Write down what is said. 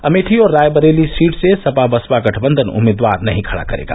अमेठी और रायबरेली सीट से सपा बसपा गठबंधन उम्मीदवार नहीं खड़ा करेगा